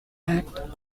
act